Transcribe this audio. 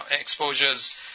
exposures